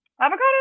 Avocado